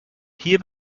hier